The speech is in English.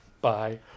bye